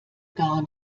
gar